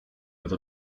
with